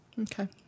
Okay